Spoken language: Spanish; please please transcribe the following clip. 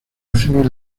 civil